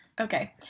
Okay